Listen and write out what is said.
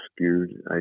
skewed